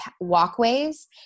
Walkways